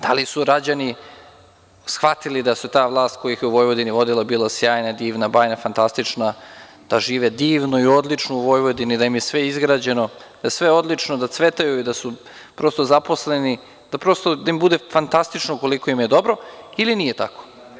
Da li su građani shvatili da se ta vlast koja ih je u Vojvodini vodila bila sjajna, divna, bajna, fantastična, da žive divno i odlično u Vojvodini, da im je sve izgrađeno, da je sve odlično, da cvetaju i da su prosto zaposleni, da im prosto bude fantastično koliko im je dobro ili nije tako.